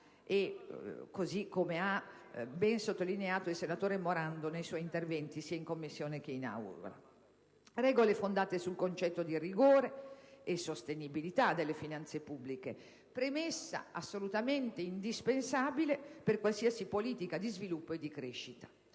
così come ha ben sottolineato il senatore Morando nei suoi interventi sia in Commissione che in Aula. Regole fondate sul concetto di rigore e sostenibilità delle finanze pubbliche, premessa assolutamente indispensabile per qualsiasi politica di sviluppo e di crescita.